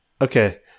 Okay